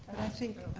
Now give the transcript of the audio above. think,